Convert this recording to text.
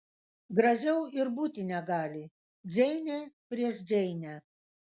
gražiau ir būti negali džeinė prieš džeinę